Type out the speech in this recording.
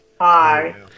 Hi